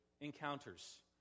encounters